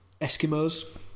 Eskimos